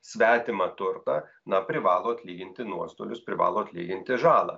svetimą turtą na privalo atlyginti nuostolius privalo atlyginti žalą